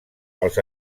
els